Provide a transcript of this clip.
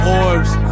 orbs